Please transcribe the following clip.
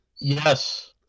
Yes